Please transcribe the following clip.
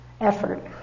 effort